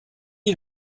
est